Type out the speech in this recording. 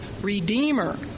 Redeemer